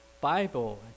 Bible